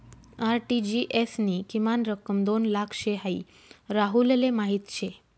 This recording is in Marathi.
आर.टी.जी.एस नी किमान रक्कम दोन लाख शे हाई राहुलले माहीत शे